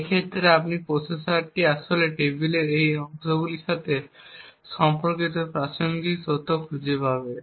এই ক্ষেত্রে প্রসেসর আসলে টেবিলের সেই অংশগুলির সাথে সম্পর্কিত প্রাসঙ্গিক তথ্য খুঁজে পাবে